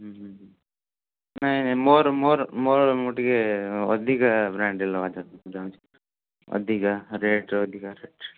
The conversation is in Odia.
ହୁଁ ହୁଁ ହୁଁ ନାହିଁ ନାହିଁ ମୋର ମୋର ମୋର ମୁଁ ଟିକିଏ ଅଧିକା ବ୍ରାଣ୍ଡ୍ ରେ ନେବାକୁ ଚାହୁଁଛି ଅଧିକା ରେଟ୍ ର ଅଧିକା ରେଟ୍